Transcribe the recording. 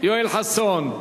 יואל חסון,